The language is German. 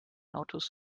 autos